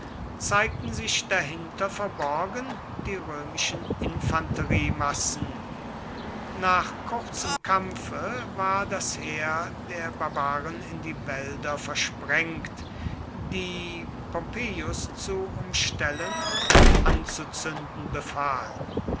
zeigten sich dahinter verborgen die römischen infanteriemassen nach kurzem kampfe war das heer der barbaren in die wälder versprengt die pompeius zu umstellen und anzuzünden befahl